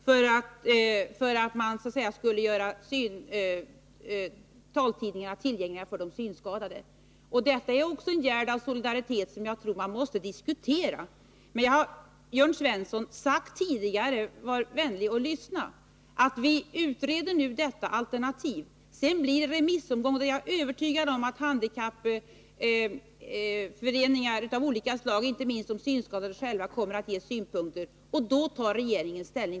för att taltidningarna skulle kunna bli tillgängliga för de synskadade. Detta är också en gärd av solidaritet som jag tror man måste diskutera. Som jag sagt tidigare till Jörn Svensson, var vänlig lyssna: Vi utreder nu detta alternativ, sedan blir det en remissomgång. Då är jag övertygad om att handikappföreningar av olika slag, inte minst de synskadade själva, kommer med synpunkter. Därefter tar regeringen ställning.